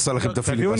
עושים לכם את הפיליבסטר,